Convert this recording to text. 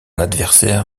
adversaire